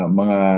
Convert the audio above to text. mga